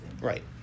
Right